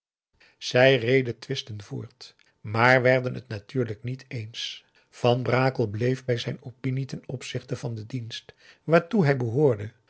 zij redetwistten voort maar werden het natuurlijk niet eens van brakel bleef bij zijn opinie ten opzichte van den dienst waartoe hij behoorde